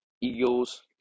Eagles